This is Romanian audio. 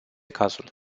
cazul